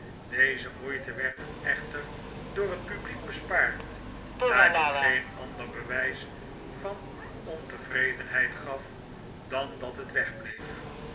deze moeite werd hem echter door het publiek bespaard daar dit geen ander bewijs van ontevredenheid gaf dan dat het wegbleef